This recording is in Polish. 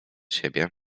siebie